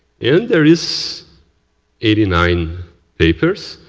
and there is eighty nine papers.